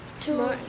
two